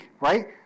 right